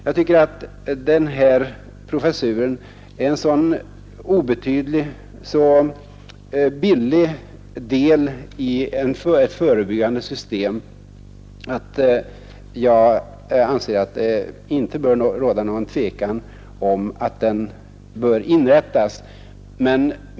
Jag tycker att den här professuren är en så obetydlig, så billig del i ett förebyggande system att jag anser att det inte bör råda någon tvekan om att den bör inrättas.